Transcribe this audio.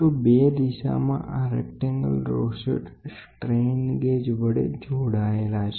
તો 2 દિશામાં આ લંબચોરસ રોસેટ સ્ટ્રેન ગેજ વડે જોડાયેલા છે